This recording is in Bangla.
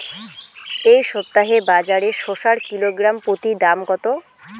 এই সপ্তাহে বাজারে শসার কিলোগ্রাম প্রতি দাম কত?